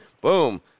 Boom